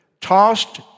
tossed